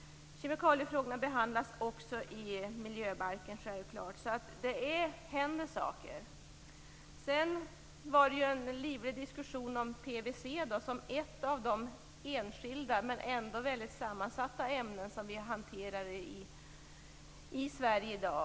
Kemikaliefrågorna behandlas självfallet också i arbetet med miljöbalken, så det händer saker och ting. Det har varit en livlig diskussion om PVC som ett av de enskilda men ändå mycket sammansatta ämnen som vi hanterar i Sverige i dag.